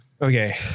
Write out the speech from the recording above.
Okay